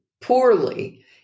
poorly